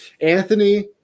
Anthony